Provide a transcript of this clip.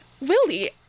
Willie